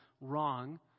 wrong